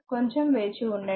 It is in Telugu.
కొంచం వేచివుండండి